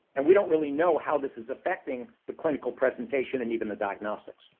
and we don't really know how this is affecting the clinical presentation and even the diagnostics.